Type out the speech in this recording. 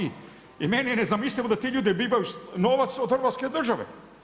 I meni je nezamislivo da ti ljudi dobivaju novac od Hrvatske države.